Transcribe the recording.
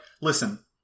listen